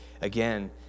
again